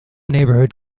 neighborhood